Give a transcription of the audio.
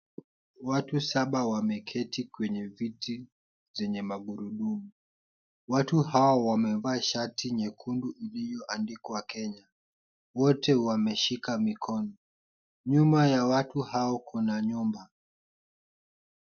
Watu saba wameketi kwenye viti zenye magurudumu, watu hawa wamevaa shati nyekundu iliyoandikwa Kenya. Wote wameshika mikono, nyuma ya watu hao kuna nyumba.